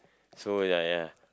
so ya ya